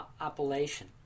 appellation